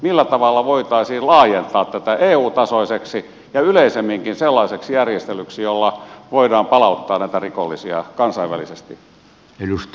millä tavalla voitaisiin laajentaa tätä eu tasoiseksi ja yleisemminkin sellaiseksi järjestelyksi jolla voidaan palauttaa näitä rikollisia kansainvälisesti